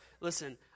listen